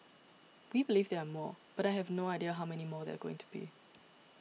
we believe there are more but I have no idea how many more there are going to be